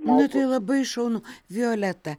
nu tai labai šaunu violeta